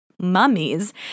mummies